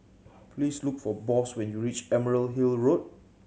please look for Boss when you reach Emerald Hill Road